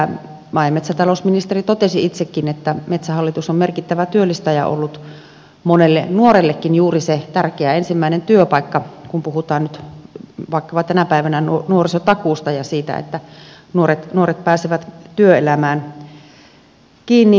maa ja metsätalousministeri totesi itsekin että metsähallitus on merkittävä työllistäjä ollut monelle nuorellekin juuri se tärkeä ensimmäinen työpaikka kun puhutaan tänä päivänä vaikkapa nuorisotakuusta ja siitä että nuoret pääsevät työelämään kiinni